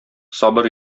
сабыр